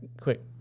quick